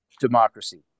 democracy